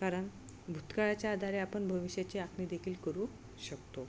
कारण भूतकाळाच्या आधारे आपण भविष्याची आखणी देखील करू शकतो